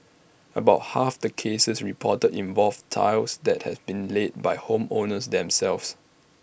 about half the cases reported involved tiles that had been laid by home owners themselves